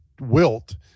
Wilt